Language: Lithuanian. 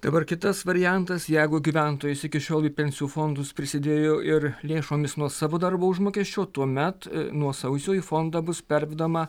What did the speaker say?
dabar kitas variantas jeigu gyventojas iki šiol į pensijų fondus prisidėjo ir lėšomis nuo savo darbo užmokesčio tuomet nuo sausio į fondą bus pervedama